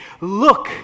look